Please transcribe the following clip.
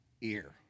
ear